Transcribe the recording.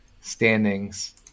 standings